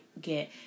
get